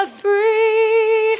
free